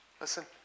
Listen